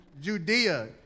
Judea